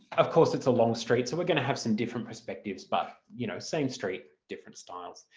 of course it's a long street so we're going to have some different perspectives but you know same street, different styles.